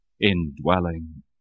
indwelling